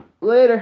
Later